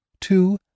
two